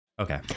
Okay